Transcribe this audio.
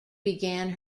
began